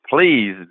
please